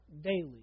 daily